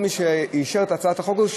לכל מי שאישר את הצעת החוק הזאת,